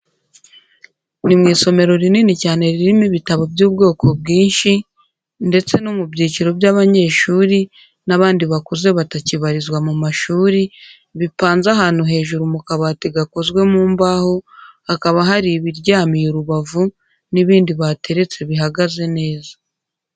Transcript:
Ni mu isomero rinini cyane ririmo ibitabo by'ubwoko bwinshi ndetse no mu byiciro by'abanyeshuri n'abandi bakuze batakibarizwa mu mashuri, bipanze ahantu hejuru mu kabati gakozwe mu mbaho, hakaba hari ibiryamiye urubavu n'ibindi bateretse bihagaze neza.